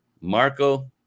Marco